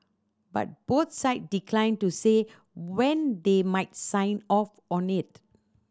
but both side declined to say when they might sign off on it